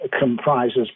comprises